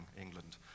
England